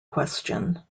question